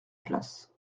place